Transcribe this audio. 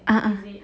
ah ah